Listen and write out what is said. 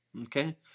Okay